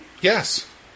Yes